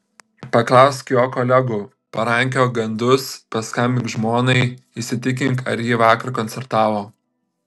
paklausk jo kolegų parankiok gandus paskambink žmonai įsitikink ar ji vakar koncertavo